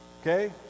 Okay